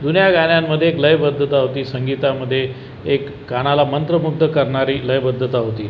जुन्या गाण्यांमध्ये एक लयबद्धता होती संगीतामध्ये एक कानाला मंत्रमुग्ध करणारी लयबद्धता होती